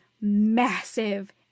massive